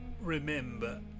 remember